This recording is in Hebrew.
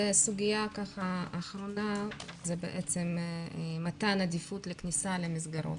והסוגיה האחרונה זה בעצם מתן עדיפות לכניסה למסגרות.